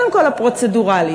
קודם כול, הפרוצדורלית.